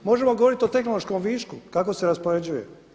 Možemo govoriti o tehnološkom višku kako se raspoređuje.